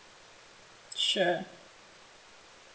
sure